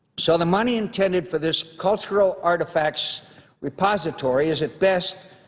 so the money intended for this cultural artifacts repository is, at best,